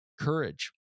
courage